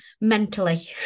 mentally